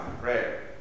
Prayer